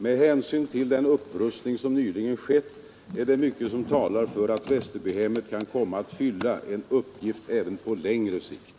Med hänsyn till den upprustning som nyligen skett är det mycket som talar för att Västerbyhemmet kan komma att fylla en uppgift även på längre sikt.